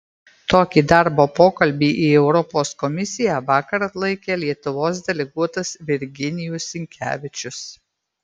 tokį darbo pokalbį į europos komisiją vakar atlaikė lietuvos deleguotas virginijus sinkevičius